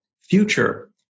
future